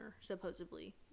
supposedly